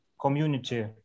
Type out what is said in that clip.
community